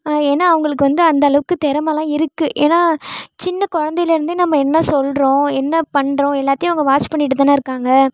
ஏன்னா அவங்களுக்கு வந்து அந்தளவுக்கு திறமலாம் இருக்குது ஏன்னா சின்ன குழந்தையிலருந்தே நம்ம என்ன சொல்கிறோம் என்ன பண்ணுறோம் எல்லாத்தையும் அவங்க வாட்ச் பண்ணிகிட்டுதான இருக்காங்க